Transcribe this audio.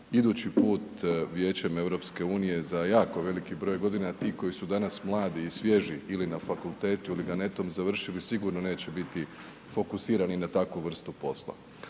idući put Vijećem EU za jako veliki broj godina a ti koji su danas mladi i svježi ili na fakultetu ili ga netom završili sigurno neće biti fokusirani na takvu vrstu posla.